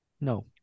No